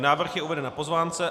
Návrh je uveden na pozvánce.